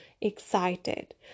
excited